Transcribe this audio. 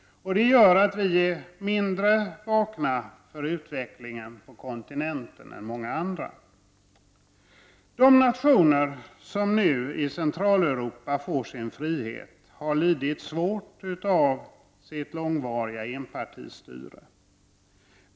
Det gör att vi är mindre vakna för utvecklingen på kontinenten än många andra länder. De nationer som nu i Centraleuropa får sin frihet har lidit svårt av sina långvariga enpartistyren.